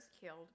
killed